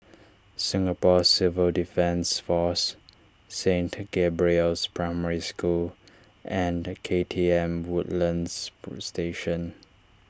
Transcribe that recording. Singapore Civil Defence force Saint Gabriel's Primary School and K T M Woodlands Station